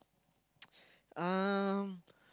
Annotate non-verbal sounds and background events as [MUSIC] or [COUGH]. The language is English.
[NOISE] um